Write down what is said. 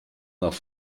nach